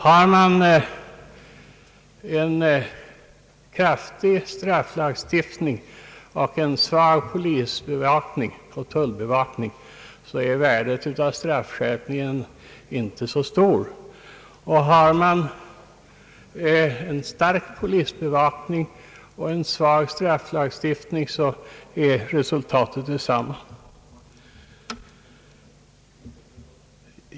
Om man har en kraftig strafflagstiftning och en svag polisoch tullbevakning är värdet av straffskärpningen inte så stort; om man har stark polisbevakning och en svag strafflagstiftning blir resultatet detsamma.